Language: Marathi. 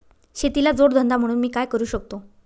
शेतीला जोड धंदा म्हणून मी काय करु शकतो?